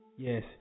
Yes